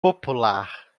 popular